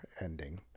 ending